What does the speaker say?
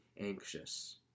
anxious